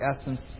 essence